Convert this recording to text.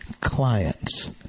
clients